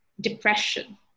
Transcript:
depression